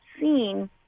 seen